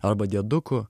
arba dieduku